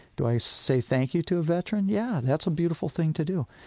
do i say thank you to a veteran? yeah, that's a beautiful thing to do.